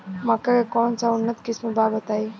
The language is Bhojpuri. मक्का के कौन सा उन्नत किस्म बा बताई?